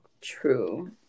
true